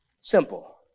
simple